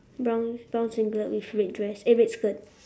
brown brown singlet with red dress eh red skirt